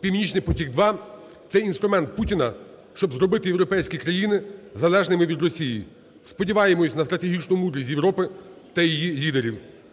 "Північний потік-2" – це інструмент Путіна, щоб зробити європейські країни залежними від Росії. Сподіваємося на стратегічну мудрість Європи та її лідерів.